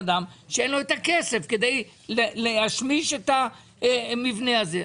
אדם שאין לו את הכסף כדי להשמיש את המבנה הזה.